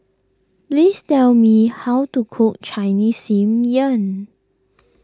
please tell me how to cook Chinese Steamed Yam